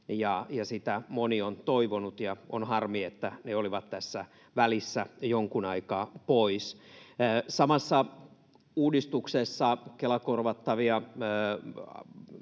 sitä moni on toivonut, ja on harmi, että ne olivat tässä välissä jonkun aikaa pois. Samassa uudistuksessa Kela-korvattavia